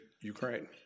Ukraine